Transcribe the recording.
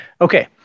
Okay